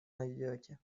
найдёте